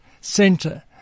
center